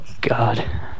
God